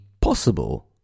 possible